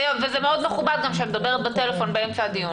וזה גם מכובד מאוד שאת מדברת בטלפון באמצע הדיון.